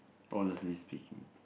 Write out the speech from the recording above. honestly speaking